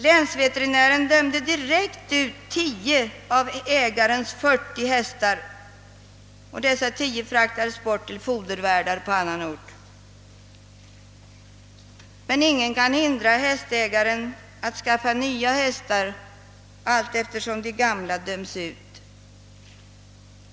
Länsveterinären dömde direkt ut tio av ägarens fyrtio hästar, och dessa tio fraktades bort till fodervärdar på annan ort. Ingen kan emellertid hindra hästägaren att skaffa nya hästar allteftersom de gamla döms ut.